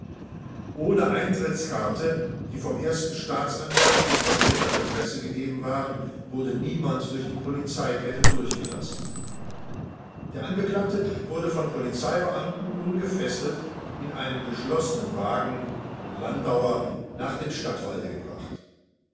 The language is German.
ohne eintrittskarte die vom ersten staatsanwalt den vertretern der presse gegeben waren wurde niemand durch die polizeikette durchgelassen der angeklagte wurde von polizeibeamten ungefesselt in einem geschlossenen wagen landauer nach dem stadtwalde gebracht